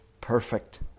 perfect